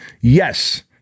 Yes